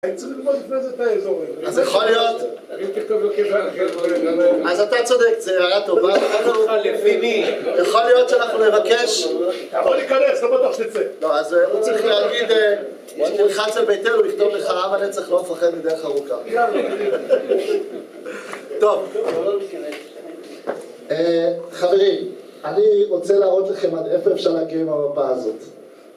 היה צריך ללמוד לפני זה את האזור הזה. -אז יכול להיות... אז אתה צודק, זה הערה טובה, יכול להיות שאנחנו נבקש... -אתה יכול להיכנס, לא בטוח שתצא. -לא, אז הוא צריך להגיד שנלחץ על ביתנו לכתוב מחאה, "עם הנצח לא לפחד מדרך ארוכה". טוב, חברים, אני רוצה להראות לכם עד איפה אפשר להגיע עם המפה הזאת